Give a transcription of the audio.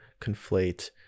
conflate